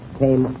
came